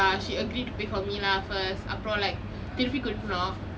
!wah! she agreed to pay for me lah first அப்புறம்:appurom like திருப்பி கொடுக்கனும்:tiruppi kodukkanum